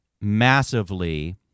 massively